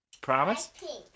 promise